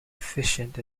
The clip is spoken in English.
efficient